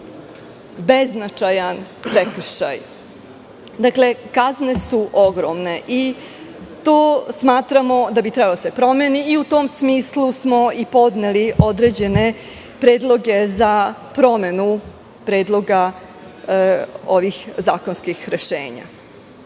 beznačajan prekršaj. Dakle, kazne su ogromne i smatramo da bi to trebalo da se promeni. U tom smislu smo podneli određene predloge za promenu predloga ovih zakonskih rešenja. Što